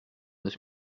neuf